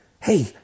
Hey